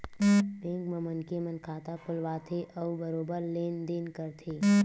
bank म मनखे मन खाता खोलवाथे अउ बरोबर लेन देन करथे